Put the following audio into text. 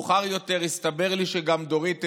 מאוחר יותר הסתבר לי שגם דורית הבינה.